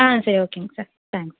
ஆ சரி ஓகேங்க sir thanks